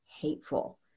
hateful